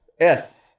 Yes